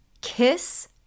kiss